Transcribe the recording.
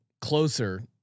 closer